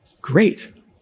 great